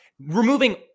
removing